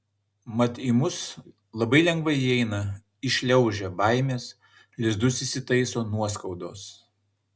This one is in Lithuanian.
mat į mus labai lengvai įeina įšliaužia baimės lizdus įsitaiso nuoskaudos